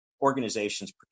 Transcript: organizations